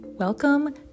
Welcome